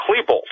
Klebold